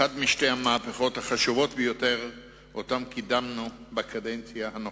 אחת משתי המהפכות החשובות ביותר שקידמנו בקדנציה הנוכחית.